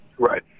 Right